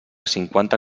cinquanta